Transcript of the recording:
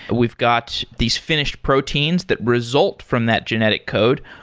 but we've got these finished proteins that result from that genetic code.